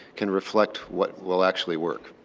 can reflect what will actually work.